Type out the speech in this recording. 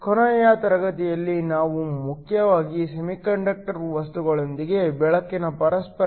ಕೊನೆಯ ತರಗತಿಯಲ್ಲಿ ನಾವು ಮುಖ್ಯವಾಗಿ ಸೆಮಿಕಂಡಕ್ಟರ್ ವಸ್ತುಗಳೊಂದಿಗೆ ಬೆಳಕಿನ ಪರಸ್ಪರ ಕ್ರಿಯೆಯನ್ನು ನೋಡಿದ್ದೇವೆ